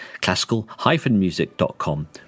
classical-music.com